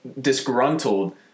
disgruntled